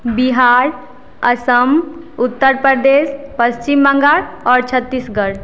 बिहार असम उत्तरप्रदेश पश्चिम बंगाल आओर छत्तीसगढ़